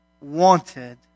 wanted